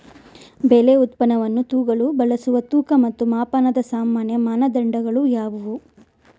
ಬೆಳೆ ಉತ್ಪನ್ನವನ್ನು ತೂಗಲು ಬಳಸುವ ತೂಕ ಮತ್ತು ಮಾಪನದ ಸಾಮಾನ್ಯ ಮಾನದಂಡಗಳು ಯಾವುವು?